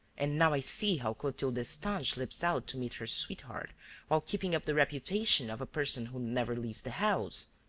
and now i see how clotilde destange slips out to meet her sweetheart while keeping up the reputation of a person who never leaves the house.